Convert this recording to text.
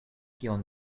kion